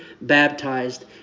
baptized